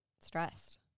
stressed